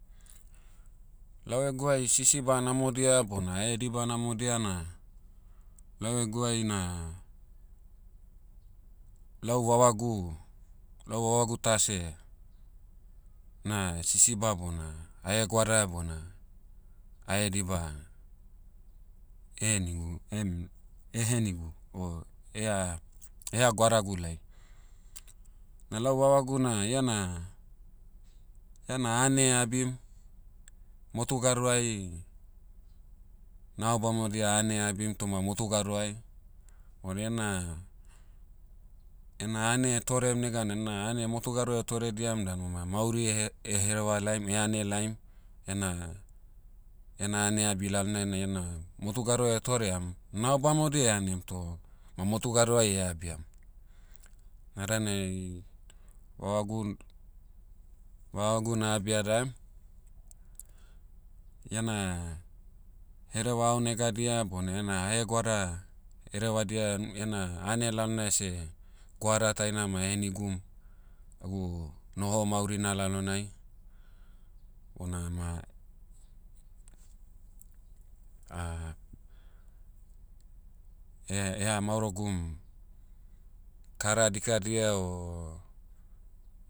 Lau eguai sisiba namodia bona haediba namodia na, lau eguai na, lau vavagu- lau vavagu ta seh, na sisiba bona haegoada bona, haediba, ehenigu- em- henigu, o ea- eha goadagu lai. Na lau vavagu na iana, iana ane abim, motu gado'ai, nao bamodia ane abim toma motu gado'ai. Bon iena, ena ane torem neganai na ane motu gadoai o torediam danu ma mauri ehe- herevalaim, anelaim. Ena- ena ane abi lalnai na iana motu gadoai toream, nao bamodia anem toh, ma motu gadoai abiam. Na danai, vavagu- vavagu na'abia daem. Iana, hereva aonega dia bona ena haegoada, herevadia en- iena ane lalonai ese, goada taina ma henigum. Lagu noho maurina lalonai, bona ma, eh- eha maorogum, kara dikadia o,